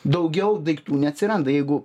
daugiau daiktų neatsiranda jeigu